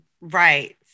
Right